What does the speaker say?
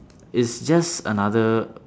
it's just another